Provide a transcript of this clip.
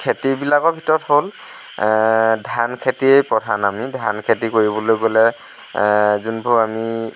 খেতিবিলাকৰ ভিতৰত হ'ল ধান খেতিয়েই প্ৰধান আমি ধান খেতি কৰিবলৈ গ'লে যিবোৰ আমি